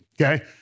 okay